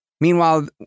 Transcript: Meanwhile